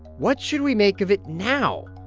what should we make of it now?